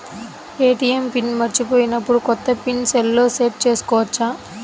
ATM PIN మరచిపోయినప్పుడు, కొత్త PIN సెల్లో సెట్ చేసుకోవచ్చా?